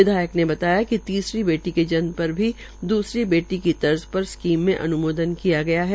विधायक ने बताया कि तीसरी बेटी को जन्म पर भी दूसरी बेटी की तर्ज पर स्कीम में अन्मोदन किया गया है